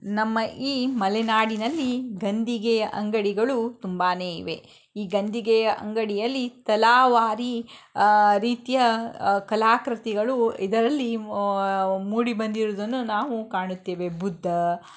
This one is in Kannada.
ನಮ್ಮ ಈ ಮಲೆನಾಡಿನಲ್ಲಿ ಗಂಧಿಗೆಯ ಅಂಗಡಿಗಳು ತುಂಬಾ ಇವೆ ಈ ಗಂದಿಗೆಯ ಅಂಗಡಿಯಲ್ಲಿ ತಲಾವಾರಿ ರೀತಿಯ ಕಲಾಕೃತಿಗಳು ಇದರಲ್ಲಿ ಮೂಡಿ ಬಂದಿರುವುದನ್ನು ನಾವು ಕಾಣುತ್ತೇವೆ ಬುದ್ಧ